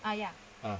ah